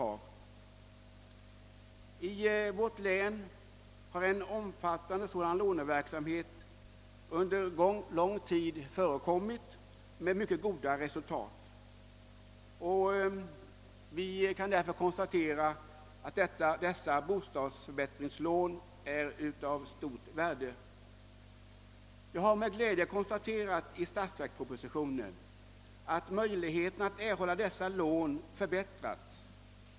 I Jönköpings län har vi haft en omfattande sådan låneverksamhet under lång tid, och vi har sett mycket goda resultat av den. Jag har också vid läsningen av statsverkspropositionen med glädje konstaterat att möjligheterna att erhålla sådana lån nu föreslås förbättrade.